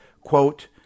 quote